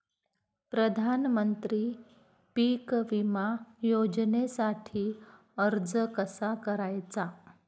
प्रधानमंत्री पीक विमा योजनेसाठी अर्ज कसा करायचा?